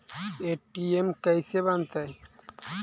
ATM कैसे बनता?